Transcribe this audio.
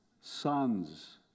Sons